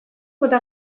bota